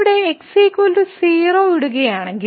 നമ്മൾ ഇവിടെ x 0 ഇടുകയാണെങ്കിൽ